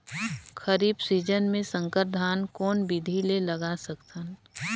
खरीफ season मे संकर धान कोन विधि ले लगा सकथन?